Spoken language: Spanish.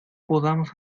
podamos